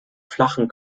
flachen